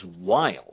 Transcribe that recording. wild